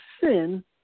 sin